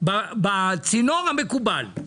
בצינור המקובל.